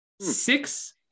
Six